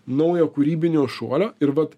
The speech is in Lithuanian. naujo kūrybinio šuolio ir vat